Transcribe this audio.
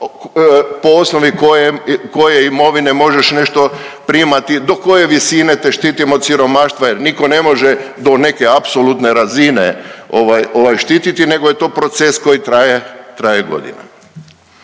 po osnovi koje imovine možeš nešto primati, do koje visine te štitim od siromaštva jer nitko ne može do neke apsolutne razine štititi, nego je to proces koji traje,